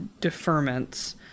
deferments